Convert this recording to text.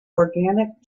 organic